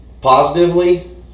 Positively